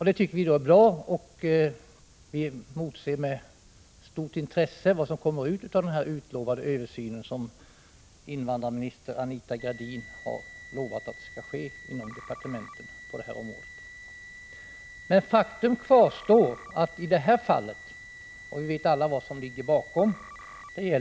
Det tycker vi är bra, och vi emotser med stort intresse vad som kommer ut av den översyn som invandrarminister Anita Gradin har lovat skall göras inom departementet. Vi vet alla vad som ligger bakom detta.